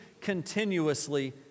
continuously